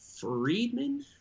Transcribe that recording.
Friedman